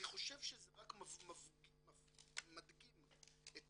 אני חושב שזה רק מדגים את